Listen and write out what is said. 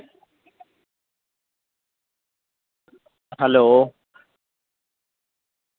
hello